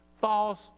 false